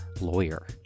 lawyer